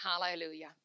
Hallelujah